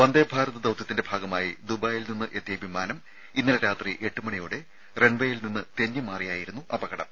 വന്ദേഭാരത് ദൌത്യത്തിന്റെ ഭാഗമായി ദുബായിൽ നിന്ന് എത്തിയ വിമാനം ഇന്നലെ രാത്രി എട്ടുമണിയോടെ റൺവേയിൽ നിന്ന് തെന്നിമാറിയായിരുന്നു അപകടം